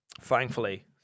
Thankfully